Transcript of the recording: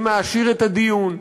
זה מעשיר את הדיון,